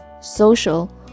Social